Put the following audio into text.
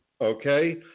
okay